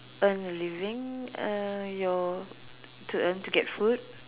earn a living uh your to earn to get food